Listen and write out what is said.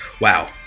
Wow